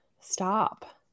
stop